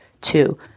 Two